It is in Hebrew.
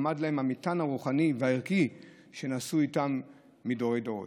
עמד להם המטען הרוחני והערכי שנשאו איתם מדורי-דורות.